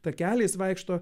takeliais vaikšto